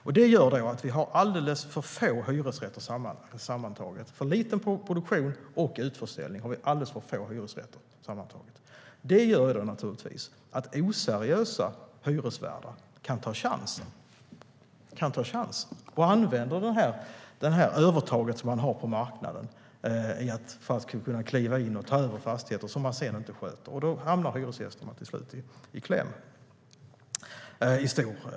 Utförsäljningar och för låg produktion av hyresrätter gör att vi sammantaget har alldeles för få hyresrätter. Det gör naturligtvis att oseriösa hyresvärdar kan ta chansen att använda det övertag man har på marknaden för att kliva in och ta över fastigheter som man sedan inte sköter. Då hamnar hyresgästerna till slut i kläm.